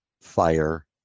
fire